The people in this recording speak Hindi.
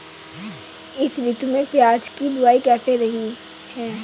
इस ऋतु में प्याज की बुआई कैसी रही है?